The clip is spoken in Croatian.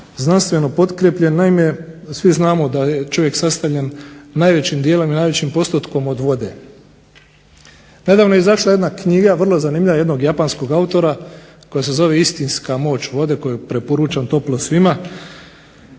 znanstveno potkrijepljen. Naime, svi znamo da je čovjek sastavljen najvećim dijelom i najvećim postotkom od vode. Nedavno je izašla jedna knjiga, vrlo zanimljiva jednog japanskog autora koja se zove "Istinska moć vode" koju preporučam toplo svima,